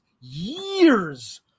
years